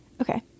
Okay